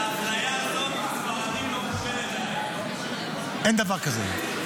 שהאפליה הזאת היא לספרדים לא --- אין דבר כזה.